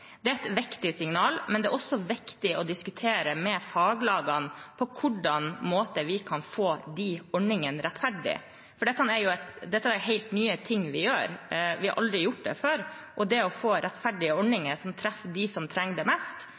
Det er et viktig signal, og det er også viktig å diskutere med faglagene hvordan vi kan få de ordningene rettferdige. Dette er helt nye ting vi gjør; vi har aldri gjort dette før. Det å få rettferdige ordninger som treffer dem som trenger det mest,